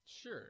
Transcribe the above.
Sure